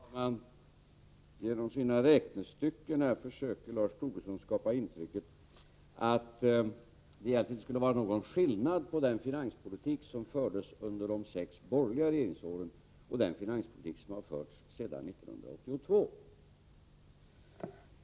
Fru talman! Genom sina räknestycken försöker Lars Tobisson skapa intrycket att det egentligen inte skulle vara någon skillnad på den finanspolitik som fördes under de sex borgerliga regeringsåren och den finanspolitik som har förts sedan 1982.